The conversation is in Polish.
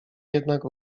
jednak